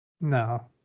No